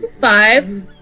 Five